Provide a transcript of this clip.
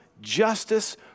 justice